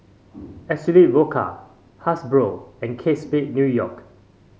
Absolut Vodka Hasbro and Kate Spade New York